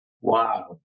Wow